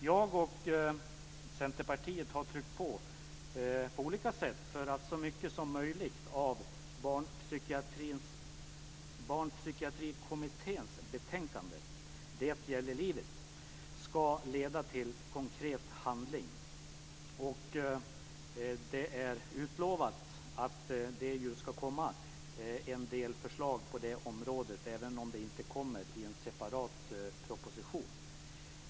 Jag och Centerpartiet har på olika sätt tryckt på för att så mycket som möjligt av Barnpsykiatrikommitténs betänkande Det gäller livet ska leda till konkret handling. Det är utlovat att det ska komma en del förslag på det området, även om de inte kommer i en separat proposition.